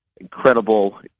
incredible